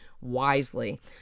wisely